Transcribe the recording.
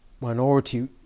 minority